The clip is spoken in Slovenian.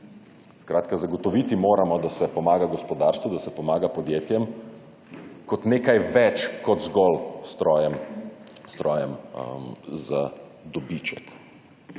zagotoviti moramo, da se pomaga gospodarstvu, da se pomaga podjetjem kot nekaj več kot zgolj strojem za dobiček.